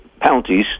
penalties